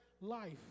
life